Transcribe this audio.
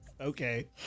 Okay